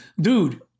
Dude